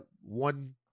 one